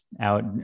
out